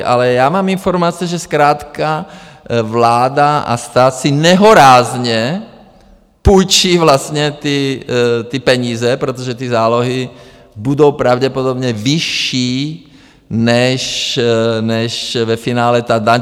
Ale já mám informace, že zkrátka vláda a stát si nehorázně půjčí vlastně ty peníze, protože ty zálohy budou pravděpodobně vyšší než ve finále ta daň.